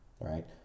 right